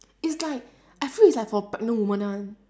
it's like I feel it's like for pregnant women one